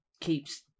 keeps